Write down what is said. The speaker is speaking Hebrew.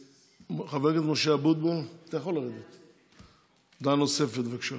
חבר הכנסת משה אבוטבול, דעה נוספת, בבקשה.